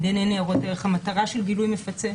המטרה של גילוי מפצה,